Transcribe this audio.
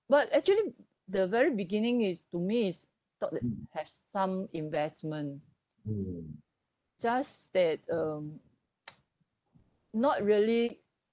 but actually the very beginning is to me is thought that have some investment just that um not really